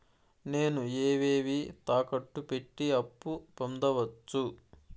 నేను ఏవేవి తాకట్టు పెట్టి అప్పు పొందవచ్చు?